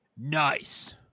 Nice